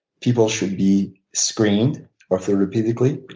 people should be screened orthopedically,